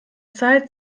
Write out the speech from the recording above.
zeit